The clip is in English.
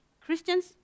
Christians